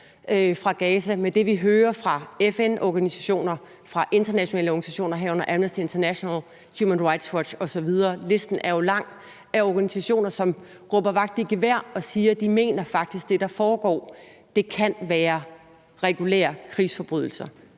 fra Gaza, og det, vi hører fra FN-organisationer og internationale organisationer, herunder Amnesty International, Human Rights Watch osv. – listen er jo lang over organisationer, som råber vagt i gevær og siger, at de faktisk mener, at det, der foregår, kan være regulære krigsforbrydelser.